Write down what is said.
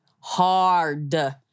Hard